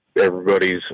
everybody's